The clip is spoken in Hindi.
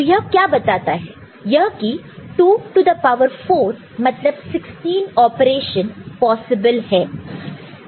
तो यह क्या बताता है यह की 2 टू द पावर 4 मतलब 16 ऑपरेशन पॉसिबल है